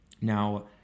Now